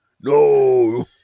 No